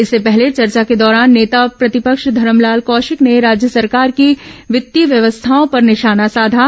इससे पहले चर्चा के दौरान नेता प्रतिपक्ष धरमलाल कौशिक ने राज्य सरकार की वित्तीय व्यवस्थाओं पर निशाना साधा